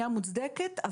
הפנייה מוצדקת,